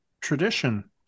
tradition